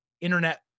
internet